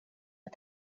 att